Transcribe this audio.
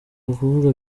kuvuga